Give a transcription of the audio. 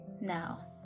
Now